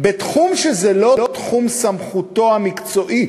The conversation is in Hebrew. בתחום שהוא לא תחום סמכותו המקצועית.